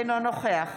אינו נוכח